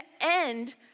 end